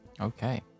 Okay